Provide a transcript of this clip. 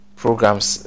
programs